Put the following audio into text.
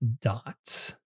dots